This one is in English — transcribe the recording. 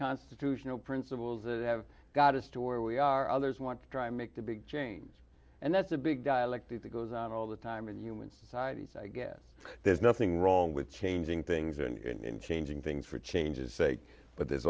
constitutional principles that have got us to where we are others want to try make the big chains and that's a big dialectic that goes on all the time in human societies i guess there's nothing wrong with changing things and in changing things for changes sake but there's